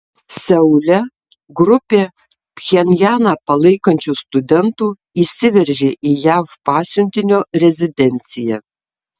seule grupė pchenjaną palaikančių studentų įsiveržė į jav pasiuntinio rezidenciją